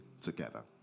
together